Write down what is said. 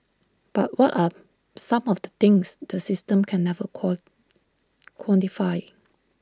but what are some of the things the system can never call quantify